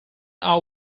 are